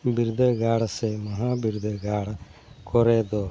ᱵᱤᱨᱫᱟᱹᱜᱟᱲ ᱥᱮ ᱢᱟᱦᱟ ᱵᱤᱨᱫᱟᱹᱜᱟᱲ ᱠᱚᱨᱮ ᱫᱚ